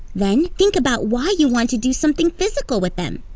then, think about why you want to do something physical with them.